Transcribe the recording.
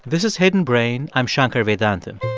this is hidden brain. i'm shankar vedantam